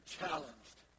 challenged